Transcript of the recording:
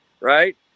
right